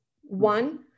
One